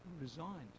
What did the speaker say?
resigned